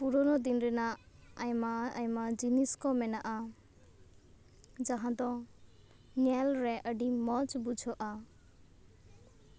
ᱯᱩᱨᱳᱱᱳ ᱫᱤᱱ ᱨᱮᱱᱟᱜ ᱟᱭᱢᱟ ᱟᱭᱢᱟ ᱡᱤᱱᱤᱥ ᱠᱚ ᱢᱮᱱᱟᱼᱟ ᱡᱟᱦᱟᱸ ᱫᱚ ᱧᱮᱞ ᱨᱮ ᱟᱹᱰᱤ ᱢᱚᱡᱽ ᱵᱩᱡᱷᱟᱹᱜᱼᱟ